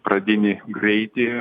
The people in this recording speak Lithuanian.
pradinį greitį